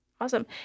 Awesome